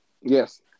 yes